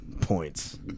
Points